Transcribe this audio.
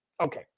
okay